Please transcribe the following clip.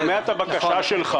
אני שומע את הבקשה שלך.